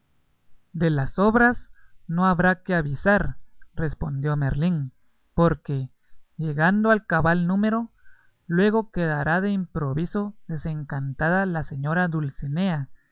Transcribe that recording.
de las sobras no habrá que avisar respondió merlín porque llegando al cabal número luego quedará de improviso desencantada la señora dulcinea